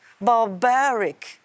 barbaric